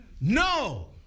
no